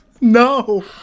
No